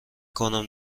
کنم